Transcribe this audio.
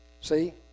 See